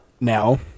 now